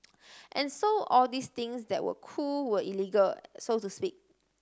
and so all these things that were cool were illegal so to speak